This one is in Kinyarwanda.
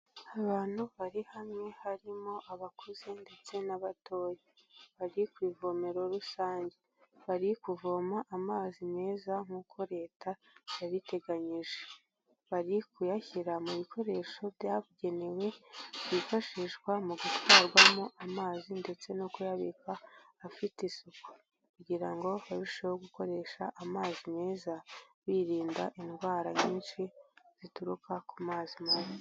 Abantu bari hamwe harimo abakuze ndetse n'abatoya. Bari ku ivomero rusange bari kuvoma amazi meza nk'uko leta yabiteganyije. Bari kuyashyira mu bikoresho byabugenewe byifashishwa mu gutwarwamo amazi ndetse no kuyabika afite isuku kugira ngo barusheho gukoresha amazi meza, birinda indwara nyinshi zituruka ku mazi mabi.